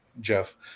Jeff